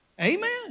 Amen